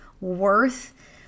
worth